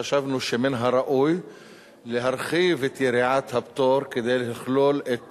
חשבנו שמן הראוי להרחיב את יריעת הפטור כדי לכלול את